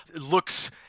looks